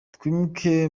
twimuke